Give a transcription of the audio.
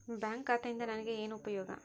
Bank ಖಾತೆಯಿಂದ ನನಗೆ ಏನು ಉಪಯೋಗ?